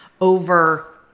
over